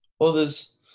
others